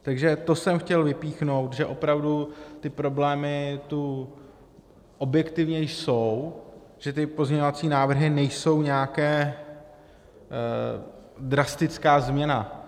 Takže to jsem chtěl vypíchnout, že opravdu ty problémy tu objektivně jsou, že pozměňovací návrhy nejsou nějaká drastická změna.